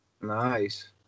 Nice